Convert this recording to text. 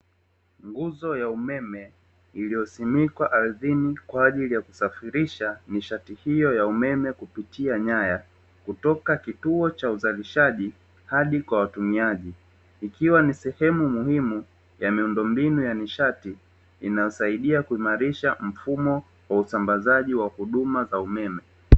Nguzo ya umeme iliyosimikwa ardhini kwa ajili ya kusafirisha nishati hiyo ya umeme kupitia nyaya kutoka kituo cha uzalishaji hadi kwa watumiaji, ikiwa ni sehemu muhimu ya miundombinu ya nishati inayosaidia kuimarisha mfumo wa usambazaji wa huduma za umeme.